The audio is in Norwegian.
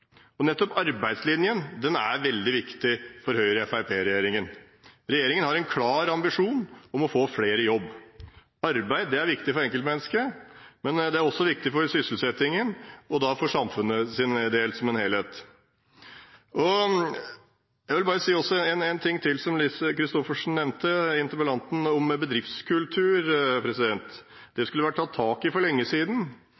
Nettopp arbeidslinjen er veldig viktig for Høyre–Fremskrittsparti-regjeringen. Regjeringen har en klar ambisjon om å få flere i jobb. Arbeid er viktig for enkeltmennesket, men det er også viktig for sysselsettingen og for samfunnet som helhet. Jeg vil også si en ting til som representanten Lise Christoffersen – interpellanten – nevnte om bedriftskultur. Det skulle vært tatt tak i for lenge siden, det